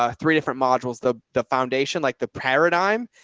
ah three different modules. the, the foundation, like the paradigm,